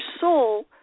soul